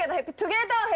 happy together!